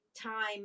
time